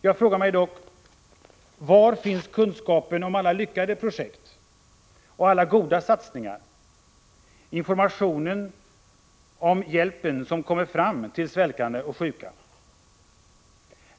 Jag frågar mig dock: Var finns kunskaperna om alla lyckade projekt och alla goda satsningar? Var finns informationen om hjälpen som kommer fram till svältande och sjuka?